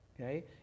okay